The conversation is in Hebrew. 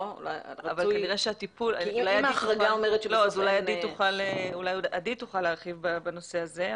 אולי עדי תוכל להרחיב בנושא הזה.